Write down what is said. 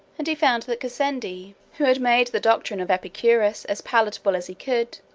and he found that gassendi, who had made the doctrine of epicurus as palatable as he could,